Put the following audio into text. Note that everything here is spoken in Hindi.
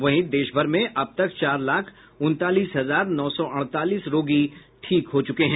वहीं देश भर में अब तक चार लाख उनतालीस हजार नौ सौ अड़तालीस रोगी ठीक हुए हैं